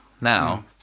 now